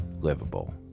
livable